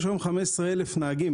יש לנו 15,000 נהגים,